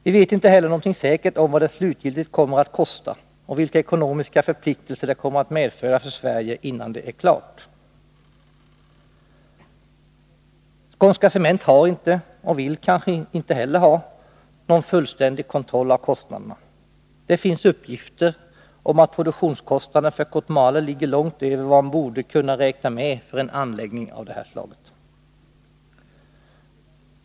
Vi vet inte heller någonting säkert om vad det slutgiltigt kommer att kosta och vilka ekonomiska förpliktelser det kommer att medföra för Sverige innan det är klart. Skånska Cement har inte — och vill kanske inte heller ha — någon fullständig kontroll av kostnaderna. Det finns uppgifter om att produktionskostnaden för Kotmale ligger långt över vad man borde kunna räkna med för en anläggning av detta slag.